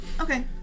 Okay